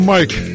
Mike